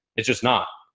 it's just not.